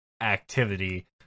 activity